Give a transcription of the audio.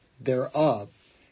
thereof